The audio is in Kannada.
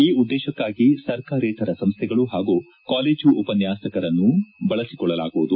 ಈ ಉದ್ದೇಶಕ್ಕಾಗಿ ಸರ್ಕಾರೇತರ ಸಂಸ್ಥೆಗಳು ಹಾಗೂ ಕಾಲೇಜು ಉಪನ್ಯಾಸಕರನ್ನು ಬಳಸಿಕೊಳ್ಳಲಾಗುವುದು